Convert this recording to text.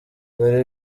dore